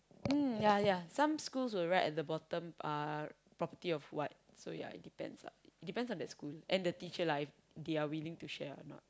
mm ya ya some schools will write at the bottom uh property of what so ya it depends lah it depends on that school and the teacher lah if they are willing to share or not